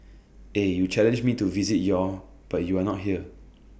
eh you challenged me to visit your but you are not here